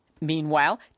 Meanwhile